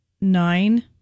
nine